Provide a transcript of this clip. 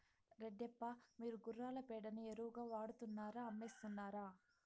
రెడ్డప్ప, మీరు గుర్రాల పేడని ఎరువుగా వాడుతున్నారా అమ్మేస్తున్నారా